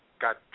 got